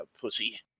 pussy